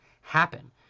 happen